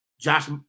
Josh